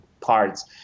parts